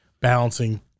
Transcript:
balancing